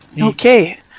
Okay